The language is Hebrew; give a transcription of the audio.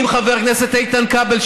עם חבר הכנסת איתן כבל,